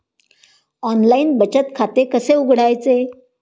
Online बचत खाते कसे उघडायचे?